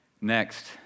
Next